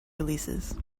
releases